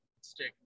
stick